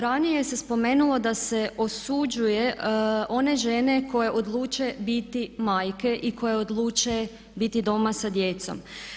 Ranije se spomenulo da se osuđuje one žene koje odluče biti majke i koje odluče biti doma sa djecom.